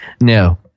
No